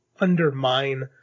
undermine